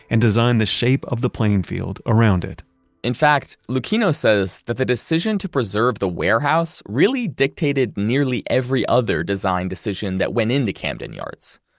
and designed the shape of the playing field around it in fact, lucchino says that the decision to preserve the warehouse really dictated nearly every other design decision that went into camden yards,